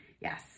Yes